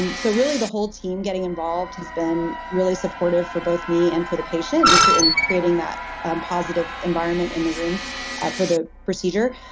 um so really the whole team getting involved has been really supportive for both me and for the patient and in creating that ah positive environment in the room for the procedure.